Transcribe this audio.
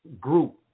group